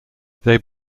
they